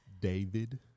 David